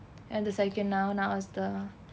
and the second now now is the